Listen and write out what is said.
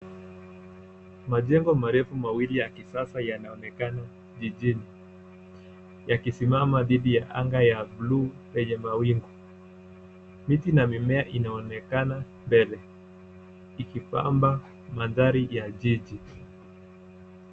Majengo marefu mawili ya kisasa yanaonekana jijini. Yakisimama dhidi ya anga ya buluu lenye mawingu. Miti na mimea inaonekana mbele ikipamba mandhari ya jiji.